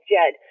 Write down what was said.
Jed